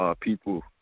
people